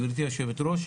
גברתי היו"ר,